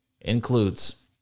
includes